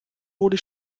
wurde